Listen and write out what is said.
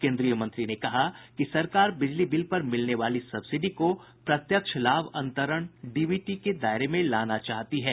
केन्द्रीय मंत्री ने कहा कि सरकार बिजली बिल पर मिलने वाली सब्सिडी को प्रत्यक्ष लाभ अंतरण डीबीटी के दायरे में लाना चाहती है